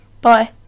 Bye